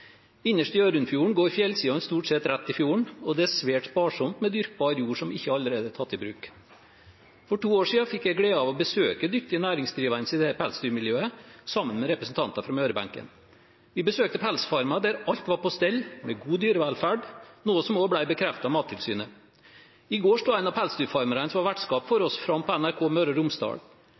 i Hjørundfjorden går fjellsidene stort sett rett ned i fjorden, og det er svært sparsomt med dyrkbar jord som ikke allerede er tatt i bruk. For to år siden fikk jeg gleden av å besøke dyktige næringsdrivende i det pelsdyrmiljøet, sammen med representanter fra Møre-benken. Vi besøkte pelsfarmer der alt var på stell, med god dyrevelferd, noe som også ble bekreftet av Mattilsynet. I går sto en av pelsdyrfarmerne som var vertskap for oss, fram på NRK Møre og Romsdal.